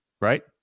right